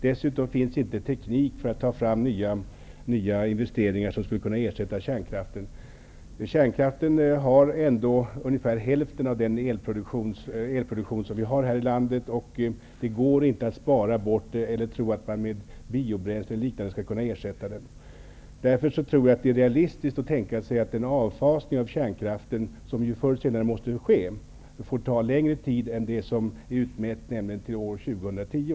Dessutom har vi inte teknik för att utveckla nya investeringar som skulle kunna ersätta kärnkraften. Hälften av landets elproduktion kommer från kärnkraften. Det går inte att minska den eller tro att man skall kunna ersätta den med biobränslen och dylikt. Jag tror därför att det är realistiskt att tänka sig att den avfasning av kärnkraften som förr eller senare måste ske, får ta längre tid än den tid som är utmätt, dvs. fram till år 2010.